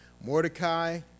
Mordecai